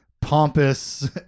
pompous